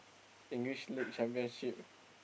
English-League-Championship